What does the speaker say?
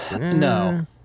No